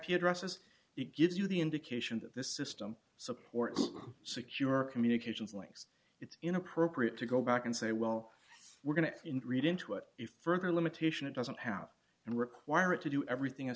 ip addresses it gives you the indication that this system supports secure communications links it's inappropriate to go back and say well we're going to read into it if further limitation it doesn't have and require it to do everything